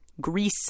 Greece